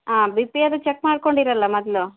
ಹಾಂ B P ಅದು check ಮಾಡಿಕೊಂಡೀರಲ್ಲ ಮೊದ್ಲು